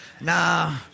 nah